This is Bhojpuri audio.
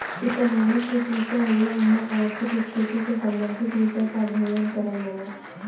इकोनॉमिक्स एक विषय हउवे एमन आर्थिक स्थिति से सम्बंधित विषय क अध्ययन करल जाला